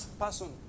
person